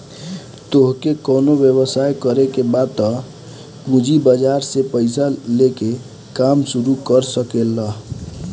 तोहके कवनो व्यवसाय करे के बा तअ पूंजी बाजार से पईसा लेके काम शुरू कर सकेलअ